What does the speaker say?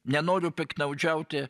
nenoriu piktnaudžiauti